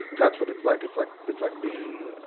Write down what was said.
that's what it's like. it's like, it's like being,